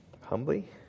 humbly